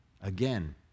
again